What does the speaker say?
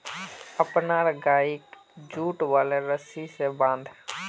अपनार गइक जुट वाले रस्सी स बांध